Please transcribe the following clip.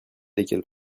lesquels